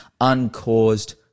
uncaused